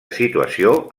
situació